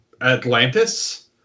Atlantis